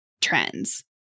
trends